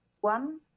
One